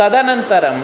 तदनन्तरम्